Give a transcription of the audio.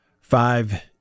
five